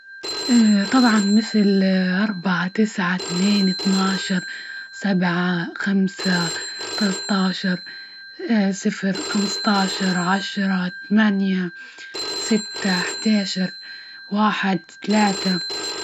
طبعا مثل اربعة، تسعة، اثنين، اثنى عشر، سبعة، خمسة، ثلاثة عشر، صفر، خمسة عشر، عشرة، ثمانية، ستة، احدى عشر، واحد، ثلاثة.